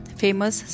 famous